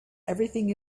everything